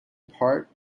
parts